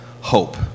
hope